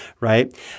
right